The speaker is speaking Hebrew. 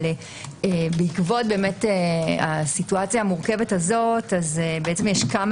אבל בעקבות הסיטואציה המורכבת הזאת יש כמה